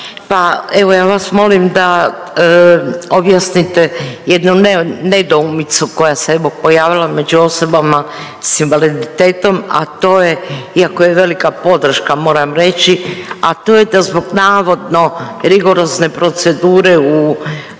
pa evo ja vas molim da objasnite jednu nedoumicu koja se evo pojavila među osobama s invaliditetom, a to je iako je velika podrška moram reći, a to je da zbog navodno rigorozne procedure u